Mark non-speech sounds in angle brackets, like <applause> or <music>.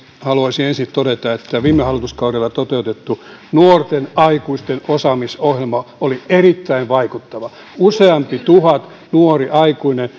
haluaisin ensin todeta että viime hallituskaudella toteutettu nuorten aikuisten osaamisohjelma oli erittäin vaikuttava useampi tuhat nuorta aikuista <unintelligible>